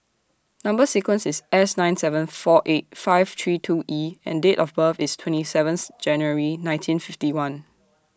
Number sequence IS S nine seven four eight five three two E and Date of birth IS twenty seventh January nineteen fifty one